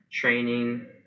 training